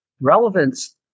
Relevance